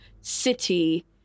city